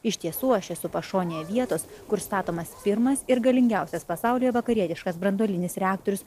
iš tiesų aš esu pašonėje vietos kur statomas pirmas ir galingiausias pasaulyje vakarietiškas branduolinis reaktorius